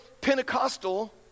Pentecostal